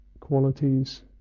qualities